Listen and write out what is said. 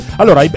allora